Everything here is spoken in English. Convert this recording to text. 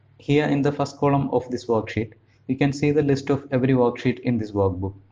here in the first column of this worksheet you can see the list of every worksheet in this workbook.